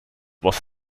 was